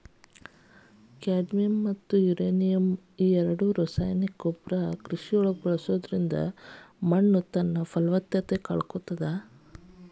cadmium ಮತ್ತ uranium ಈ ರಾಸಾಯನಿಕ ಗೊಬ್ಬರನ ಕೃಷಿಯಾಗ ಬಳಸಿದ್ರ ಕೃಷಿ ಮಣ್ಣುತನ್ನಪಲವತ್ತತೆ ಕಳಕೊಳ್ತಾದ